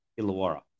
Illawarra